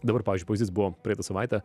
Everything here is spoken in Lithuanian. dabar pavyzdžiui pavyzdys buvo praeitą savaitę